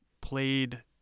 played